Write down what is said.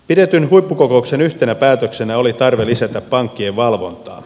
pidetyn huippukokouksen yhtenä päätöksenä oli tarve lisätä pankkien valvontaa